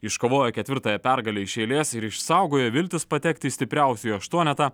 iškovojo ketvirtąją pergalę iš eilės ir išsaugojo viltis patekti į stipriausiųjų aštuonetą